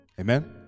Amen